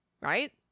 right